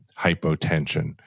hypotension